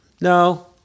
No